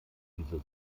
diese